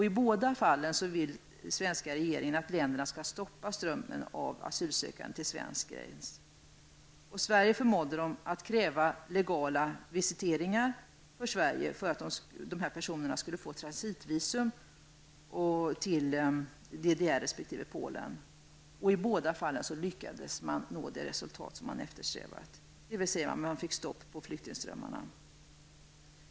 I båda fallen vill den svenska regeringen att länderna skall stoppa strömmen av asylsökande till Sveriges gräns. Sverige förmådde dessa länder att kräva legala viseringar till Sverige för att dessa personer skulle få transitvisum till DDR resp. Polen. I båda fallen lyckades man nå det resultat som man hade eftersträvat, dvs. man fick stopp på flyktingströmmarna.